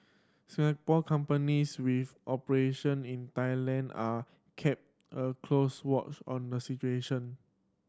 Singapore companies with operation in Thailand are kept a close watch on the situation